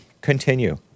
continue